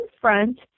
front